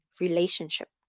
relationship